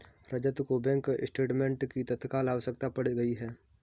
रजत को bank statement की तत्काल आवश्यकता पड़ गई है